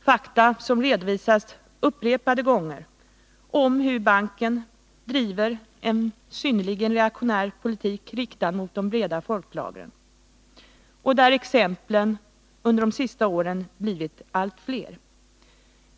Upprepade gånger har ju redovisats fakta om hur IDB driver en synnerligen reaktionär politik riktad mot de breda folklagren. Och exemplen har under de senaste åren blivit allt fler.